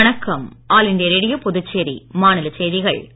வணக்கம் all India radio Puducherry மாநிலச் செய்திகள் வாசிப்பவர்